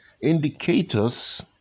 Indicators